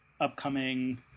upcoming